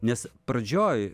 nes pradžioj